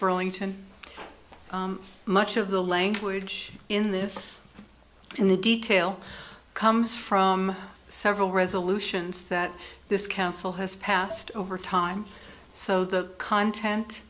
burlington much of the language in this in the detail comes from several resolutions that this council has passed over time so the content